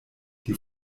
die